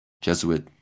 Jesuit